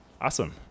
Awesome